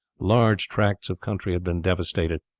large tracts of country had been devastated,